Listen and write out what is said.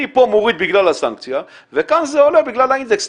אני פה מוריד בגלל הסנקציה וכאן זה עולה בגלל האינדקס.